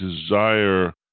desire